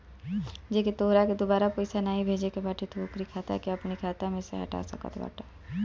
जेके तोहरा के दुबारा पईसा नाइ भेजे के बाटे तू ओकरी खाता के अपनी खाता में से हटा सकत बाटअ